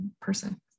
person